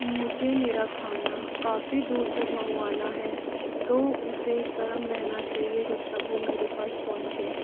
मुझे मेरा खाना काफ़ी दूर तक मंगवाना है तो उसे गर्म रहना चाहिए जब तक वो मेरे पास पहुँचे